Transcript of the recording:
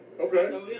Okay